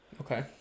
Okay